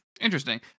Interesting